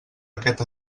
aquest